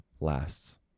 lasts